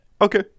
Okay